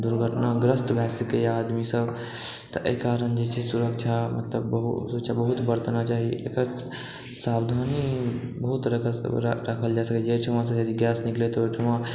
दुर्घटनाग्रस्त भऽ सकैए आदमीसब तऽ एहि कारण जे छै सुरक्षा मतलब बहुत सुरक्षा बहुत बरतना चाही एकर सावधानी बहुत राखल जा सकै छै जाहिठाम गैस निकलैत होइ ओहिठाम